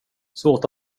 svårt